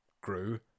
grew